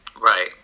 Right